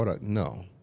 No